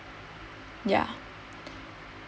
ya